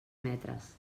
metres